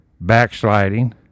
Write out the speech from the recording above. backsliding